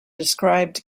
described